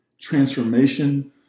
transformation